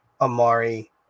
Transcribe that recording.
Amari